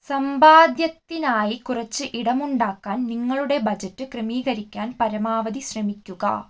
സമ്പാദ്യത്തിനായി കുറച്ച് ഇടമുണ്ടാക്കാൻ നിങ്ങളുടെ ബജറ്റ് ക്രമീകരിക്കാൻ പരമാവധി ശ്രമിക്കുക